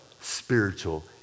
spiritual